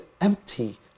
empty